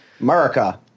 America